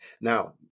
Now